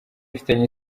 ifitanye